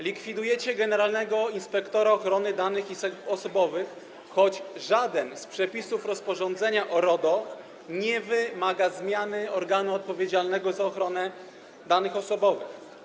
Likwidujecie urząd generalnego inspektora ochrony danych osobowych, choć żaden z przepisów rozporządzenia o RODO nie wymaga zmiany organu odpowiedzialnego za ochronę danych osobowych.